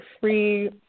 free